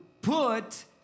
put